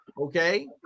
Okay